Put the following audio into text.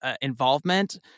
involvement